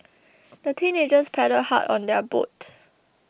the teenagers paddled hard on their boat